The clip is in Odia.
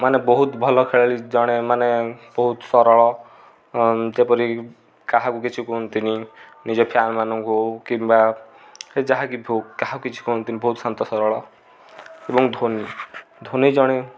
ମାନେ ବହୁତ ଭଲ ଖେଳାଳି ଜଣେ ମାନେ ବହୁତ ସରଳ ଯେପରିକି କାହାକୁ କିଛି କୁହନ୍ତିନି ନିଜ ଫ୍ୟାନ୍ ମାନଙ୍କୁ ହେଉ କିମ୍ବା ଯାହାକି ବି ହେଉ କାହାକୁ କିଛି କୁହନ୍ତିନି ବହୁତ ଶାନ୍ତ ସରଳ ଏବଂ ଧୋନି ଧୋନି ଜଣେ